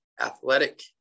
athletic